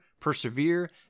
persevere